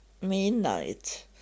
midnight